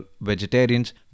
vegetarians